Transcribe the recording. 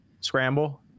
Scramble